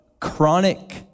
chronic